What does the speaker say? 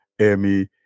Amy